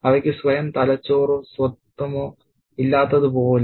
അവയ്ക്ക് സ്വയം തലച്ചോറോ സ്വത്വമോ ഇല്ലാത്തതുപോലെ